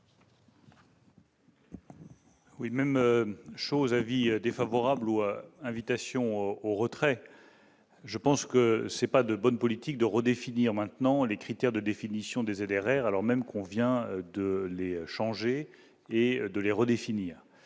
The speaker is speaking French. Oui, même chose : avis défavorable aux invitations au retrait, je pense que c'est pas de bonne politique de redéfinir maintenant les critères de définition des adhérer alors même qu'on vient de les changer et de les redéfinir,